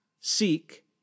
seek